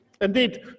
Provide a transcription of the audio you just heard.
Indeed